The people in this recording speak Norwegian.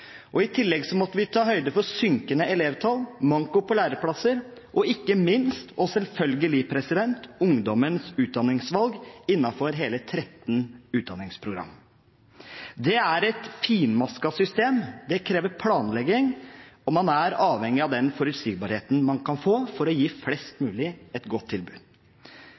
utgangspunktet. I tillegg måtte vi ta høyde for synkende elevtall, manko på læreplasser og ikke minst – og selvfølgelig – ungdommens utdanningsvalg innenfor hele 13 utdanningsprogrammer. Det er et finmasket system. Det krever planlegging, og man er avhengig av den forutsigbarheten man kan få for å gi flest mulig et godt tilbud.